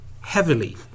heavily